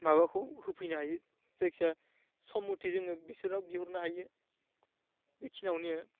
माबाखौ होफैनो हायो जायखिया सम मथे जोङो बिसोरनाव बिहरनो हायो बेखिनियावनो